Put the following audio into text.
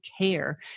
care